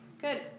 Good